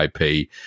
IP